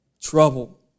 Trouble